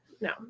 No